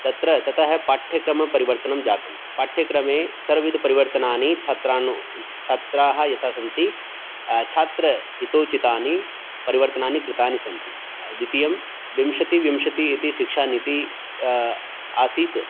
तत्र ततः पाठ्यक्रमपरिवर्तनं जातं पाठ्यक्रमे सर्वविधपरिवर्तनानि छात्रान् छात्राः यथा सन्ति छात्रहितोचितानि परिवर्तनानि कृतानि सन्ति द्वितीयं विंशतिः विंशतिः इति शिक्षानीतिः आसीत्